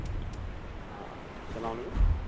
آ اَسلام علیکُم